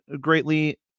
greatly